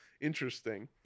Interesting